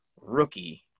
rookie